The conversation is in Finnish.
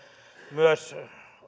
myös